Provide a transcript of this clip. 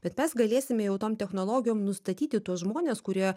bet mes galėsime jau tom technologijom nustatyti tuos žmones kurie